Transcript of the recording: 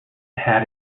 had